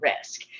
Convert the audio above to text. risk